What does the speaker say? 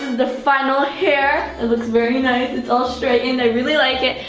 the final hair, it looks very nice, it's all straightened, i really like it,